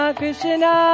Krishna